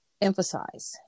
emphasize